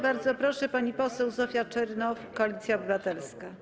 Bardzo proszę, pani poseł Zofia Czernow, Koalicja Obywatelska.